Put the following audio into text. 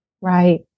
right